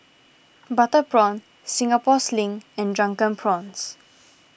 Butter Prawn Singapore Sling and Drunken Prawns